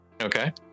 okay